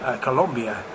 Colombia